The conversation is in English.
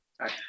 Hi